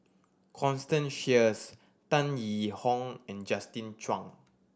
Constance Sheares Tan Yee Hong and Justin Zhuang